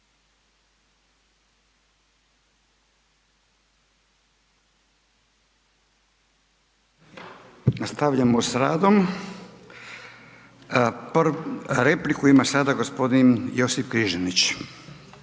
Nastavljamo s radom. Repliku ima sada gospodin Josip Križanić.